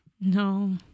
No